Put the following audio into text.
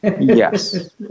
Yes